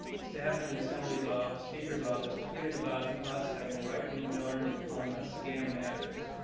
staff in the assembly's ah speakers office tweeted about us having right-wing donors and calling us scam-matters.